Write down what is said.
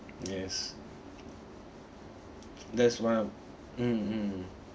yes that's one of mm mm